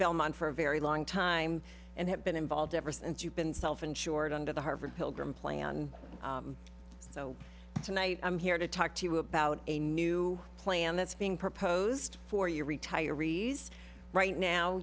belmont for a very long time and have been involved ever since you've been self insured under the harvard pilgrim plan so tonight i'm here to talk to you about a new plan that's being proposed for your retirees right now